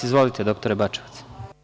Izvolite, dr Bačevac.